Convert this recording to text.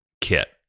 kit